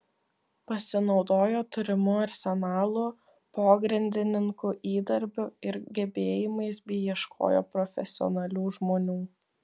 pasinaudojo turimu arsenalu pogrindininkų įdirbiu ir gebėjimais bei ieškojo profesionalių žmonių